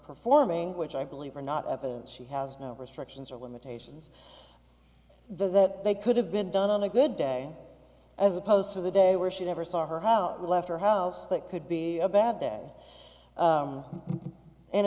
performing which i believe are not evidence she has no restrictions or limitations that they could have been done on a good day as opposed to the day where she never saw her house left her house that could be a bad day